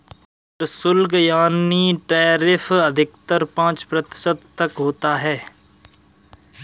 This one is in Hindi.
प्रशुल्क यानी टैरिफ अधिकतर पांच प्रतिशत तक होता है